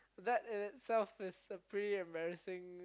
that itself is a pretty embarrassing